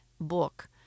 book